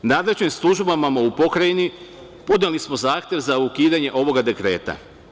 Nadležnim službama u pokrajini podneli smo zahtev za ukidanje ovog dekreta.